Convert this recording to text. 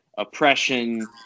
Oppression